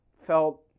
felt